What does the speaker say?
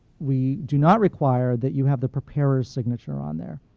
we do not require that you have the preparer's signature on there.